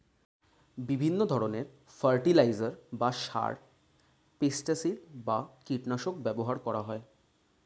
বিভিন্ন ধরণের ফার্টিলাইজার বা সার, পেস্টিসাইড বা কীটনাশক ব্যবহার করা হয়